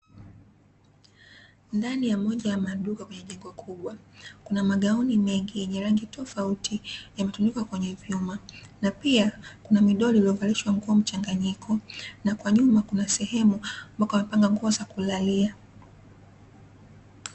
Ndani ya moja ya maduka kwenye jengo kubwa, kuna magauni mengi yenye rangi tofauti, yametundikwa kwenye vyuma, na pia kuna midoli iliyovalishwa nguo mchanganyiko, na kwa nyuma kuna sehemu ambako wamepanga nguo za kulalia.